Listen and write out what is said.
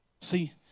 See